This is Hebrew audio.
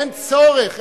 אין צורך,